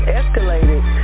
escalated